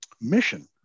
mission